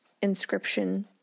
inscription